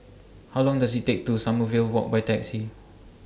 How Long Does IT Take to Sommerville Walk By Taxi